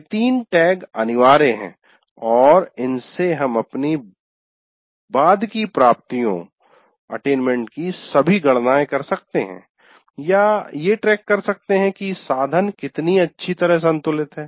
ये तीन टैग अनिवार्य हैं और इनसे हम अपनी बाद की प्राप्तियों की सभी गणनाएं कर सकते हैं या ये ट्रैक कर सकते है की साधन कितनी अच्छी तरह संतुलित है